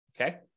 okay